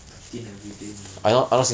thirteen everyday 你要